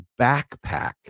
backpack